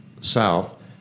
south